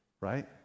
right